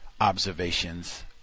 observations